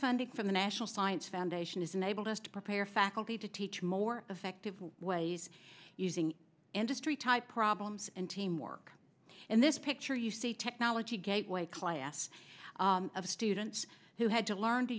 funding from the national science foundation has enabled us to prepare faculty to teach more effective ways using industry type problems and teamwork and this picture you see technology gateway class of students who had to learn to